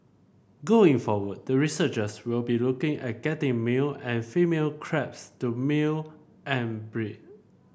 going forward the researchers will be looking at getting male and female crabs to male and breed